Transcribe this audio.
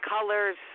Colors